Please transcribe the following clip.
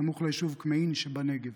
סמוך ליישוב כמהין שבנגב.